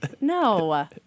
No